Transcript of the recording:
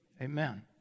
Amen